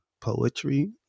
poetry